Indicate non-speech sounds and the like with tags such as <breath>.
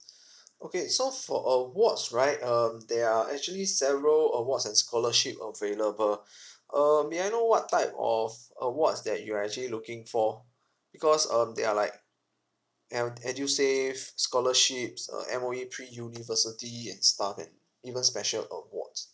<breath> okay so for awards right um there are actually several awards and scholarship available uh may I know what type of awards that you're actually looking for because um there are like ed~ edusave scholarships uh M_O_E pre university and stuff and even special awards